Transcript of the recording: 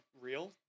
real